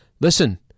Listen